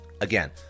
Again